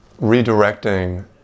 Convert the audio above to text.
redirecting